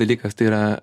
dalykas tai yra